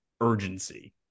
urgency